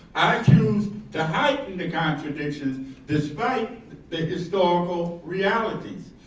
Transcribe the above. i choose to heighten the contradictions despite the historical realities.